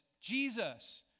Jesus